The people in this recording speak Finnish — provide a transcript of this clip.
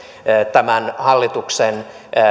tämän hallituksen